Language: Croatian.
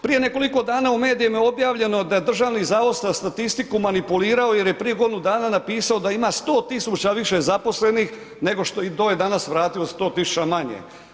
Prije nekoliko dana u medijima je objavljeno da je Državni zavod za statistiku manipulirao jer je prije godinu dana napisao da ima 100 tisuća više zaposlenih nego što i to je danas vratilo 100 tisuća manje.